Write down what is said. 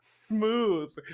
smooth